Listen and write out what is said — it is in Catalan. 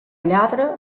lladra